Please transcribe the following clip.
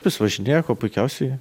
vis važinėja kuo puikiausiai